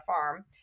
farm